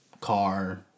car